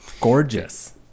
Gorgeous